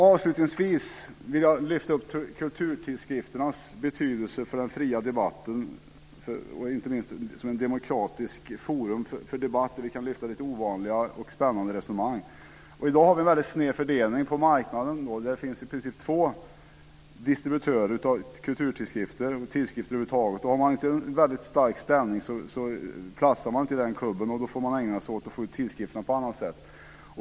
Avslutningsvis vill jag lyfta upp kulturtidskrifternas betydelse för den fria debatten, inte minst som ett demokratiskt forum för debatt där man kan lyfta fram lite ovanliga och spännande resonemang. I dag har vi en väldigt sned fördelning på marknaden. Det finns i princip två distributörer av kulturtidskrifter och tidskrifter över huvud taget. Har man inte en väldigt stark ställning platsar man inte i den klubben. Då får man ägna sig åt att få ut tidskrifterna på annat sätt.